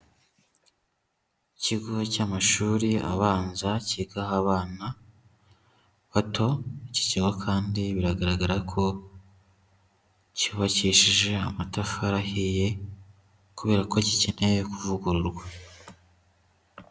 Ikigo cy'amashuri abanza cyigaho abana bato, iki kigo kandi biragaragara ko cyubakishije amatafari ahiye kubera ko gikeneye kuvugururwa.